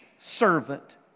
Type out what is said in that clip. servant